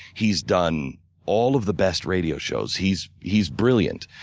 he's done all of the best radio shows. he's he's brilliant.